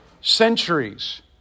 centuries